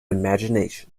imagination